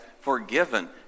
forgiven